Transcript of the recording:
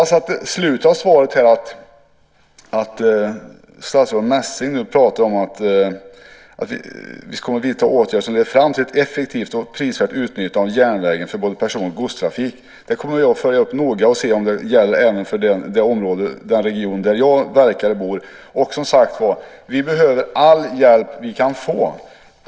Statsrådet Messing pratade om att vidta åtgärder som ska leda fram till ett effektivt och prisvärt utnyttjande av järnvägen för både person och godstrafik. Det kommer jag att noga följa upp och se om det gäller även för den region där jag verkar och bor. Vi behöver all hjälp vi kan få.